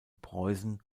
preußen